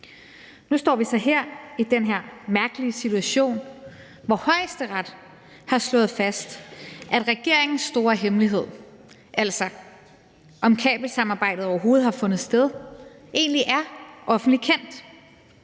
Nu står vi så her i den her mærkelige situation, hvor Højesteret har slået fast, at regeringens store hemmelighed, altså i forhold til om kabelsamarbejdet overhovedet har fundet sted, egentlig er offentligt kendt.